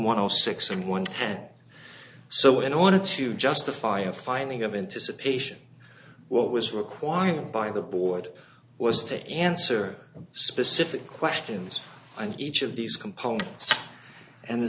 one of six and one cat so in order to justify a finding of anticipation what was required by the board was to answer specific questions and each of these components and